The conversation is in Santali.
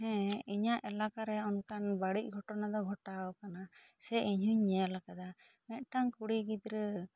ᱦᱮᱸ ᱤᱧᱟᱹᱜ ᱮᱞᱟᱠᱟ ᱨᱮ ᱚᱱᱠᱟᱱ ᱵᱟᱹᱲᱤᱡ ᱜᱷᱚᱴᱱᱟ ᱫᱚ ᱜᱷᱚᱴᱟᱣ ᱟᱠᱟᱱᱟ ᱥᱮ ᱤᱧ ᱦᱚᱸᱧ ᱧᱮᱞ ᱟᱠᱟᱫᱟ ᱥᱮ ᱢᱤᱫ ᱴᱟᱝ ᱠᱩᱲᱤ ᱜᱤᱫᱽᱨᱟᱹ